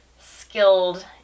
skilled